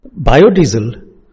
biodiesel